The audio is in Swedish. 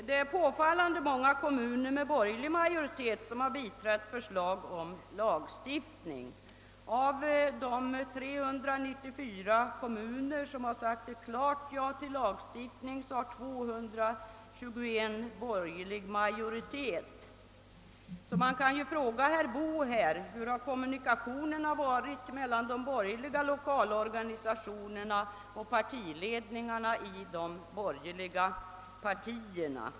Det är påfallande många kommuner med borgerlig majoritet som biträtt förslag om lagstiftning. Av de 394 kommuner som har sagt ett klart ja till lagstiftning har 221 borgerlig majoritet. Man skulle kunna fråga herr Boo hur kommunikationerna har varit mellan de borgerliga lokalorganisationerna och partiledningarna i de borgerliga partierna.